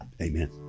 Amen